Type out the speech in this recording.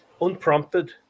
unprompted